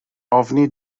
ofni